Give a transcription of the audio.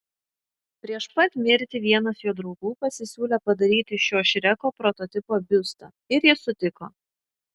prieš pat mirtį vienas jo draugų pasisiūlė padaryti šio šreko prototipo biustą ir jis sutiko